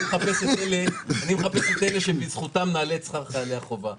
אני מחפש את אלה שבזכותם נעלה את שכר חיילי החובה.